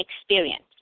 experience